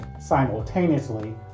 simultaneously